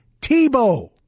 Tebow